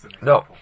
No